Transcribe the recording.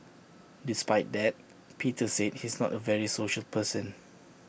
despite that Peter said he's not A very social person